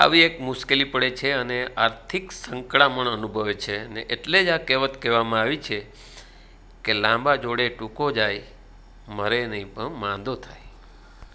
આવી એક મુશ્કેલી પડે છે અને આર્થિક સંકળામણ અનુભવે છે અને એટલે જ આ કહેવત કહેવામાં આવી છે કે લાંબા જોડે ટૂંકો જાય મરે નહીં પણ માંદો થાય